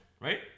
right